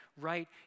right